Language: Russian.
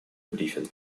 брифинг